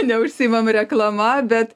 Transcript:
neužsiimam reklama bet